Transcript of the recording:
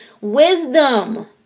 Wisdom